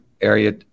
area